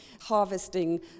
harvesting